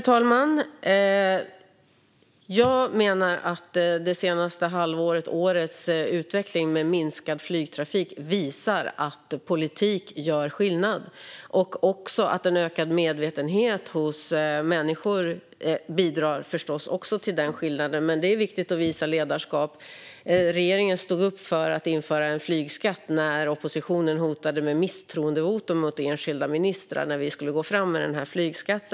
Fru talman! Jag menar att det senaste halvårets eller årets utveckling med minskad flygtrafik visar att politik gör skillnad. En ökad medvetenhet hos människor bidrar förstås också till den skillnaden, men det är viktigt att visa ledarskap. Regeringen stod upp för att införa en flygskatt trots att oppositionen hotade med misstroendevotum mot enskilda ministrar när vi skulle gå fram med den.